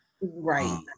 Right